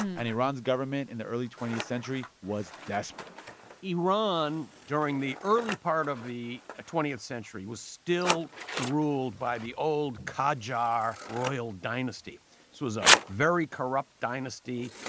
and iran's government in the early twentieth century was desperate iran, during the early part of the ah twentieth century, was still ruled by the old qajar royal dynasty. this so was a very corrupt dynasty,